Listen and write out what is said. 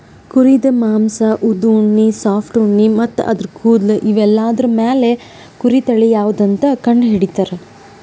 ಕುರಿದ್ ಮಾಂಸಾ ಉದ್ದ್ ಉಣ್ಣಿ ಸಾಫ್ಟ್ ಉಣ್ಣಿ ಮತ್ತ್ ಆದ್ರ ಕೂದಲ್ ಇವೆಲ್ಲಾದ್ರ್ ಮ್ಯಾಲ್ ಕುರಿ ತಳಿ ಯಾವದಂತ್ ಕಂಡಹಿಡಿತರ್